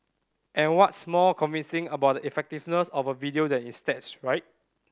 and what's more convincing about the effectiveness of a video than its stats right